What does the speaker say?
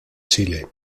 chile